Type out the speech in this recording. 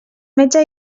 metge